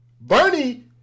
Bernie